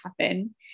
happen